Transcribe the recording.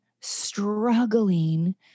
struggling